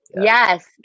Yes